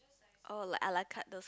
oh like ala carte those